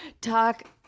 talk